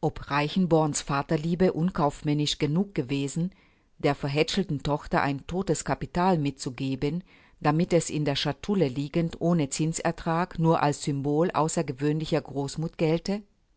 ob reichenborn's vaterliebe unkaufmännisch genug gewesen der verhätschelten tochter ein todtes capital mitzugeben damit es in der chatoulle liegend ohne zinsenertrag nur als simbol außergewöhnlicher großmuth gelte